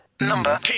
Number